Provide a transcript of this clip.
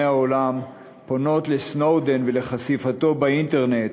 העולם פונות לסנודן ולחשיפתו באינטרנט,